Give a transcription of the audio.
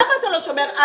התשע"ז